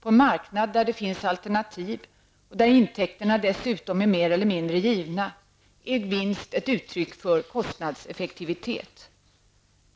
På en marknad där det finns alternativ och där intäkterna dessutom är mer eller mindre givna, är vinst ett uttryck för kostnadseffektivitet.